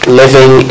living